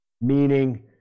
Meaning